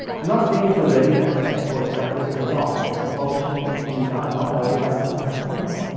i'm not saying it's a ready task bank for instructors to adopt, there's some polishing that needs to be done. not all the questions are phenomenal.